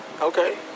Okay